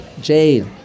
Jade